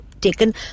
taken